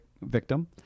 victim